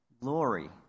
glory